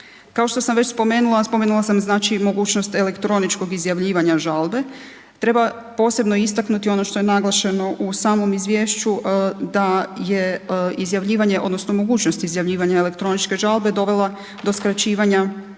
Kao što sam već spomenula, a spomenula sam znači i mogućnost elektroničkog izjavljivanja žalbe, treba posebno istaknuti ono što je naglašeno u samom izvješću da je izjavljivanje odnosno mogućnost izjavljivanja elektroničke žalbe dovela do skraćivanja